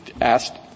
asked